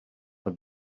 for